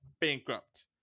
bankrupt